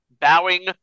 bowing